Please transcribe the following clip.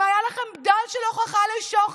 אם היה לכם בדל של הוכחה לשוחד,